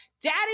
Daddy